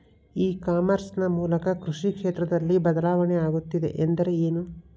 E commerce ನ ಮೂಲಕ ಕೃಷಿ ಕ್ಷೇತ್ರದಲ್ಲಿ ಬದಲಾವಣೆ ಆಗುತ್ತಿದೆ ಎಂದರೆ ಏನು?